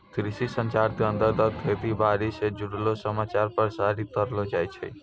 कृषि संचार के अंतर्गत खेती बाड़ी स जुड़लो समाचार प्रसारित करलो जाय छै